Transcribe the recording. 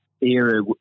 era